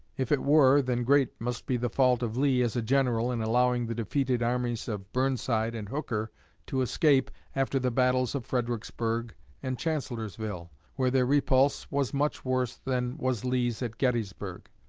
if it were, then great must be the fault of lee as a general in allowing the defeated armies of burnside and hooker to escape after the battles of fredericksburg and chancellorsville, where their repulse was much worse than was lee's at gettysburg.